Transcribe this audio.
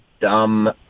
dumb